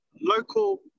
local